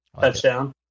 touchdown